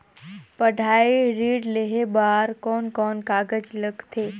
पढ़ाई ऋण लेहे बार कोन कोन कागज लगथे?